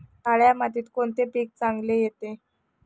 काळ्या मातीत कोणते पीक चांगले येते?